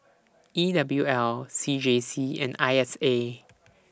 E W L C J C and I S A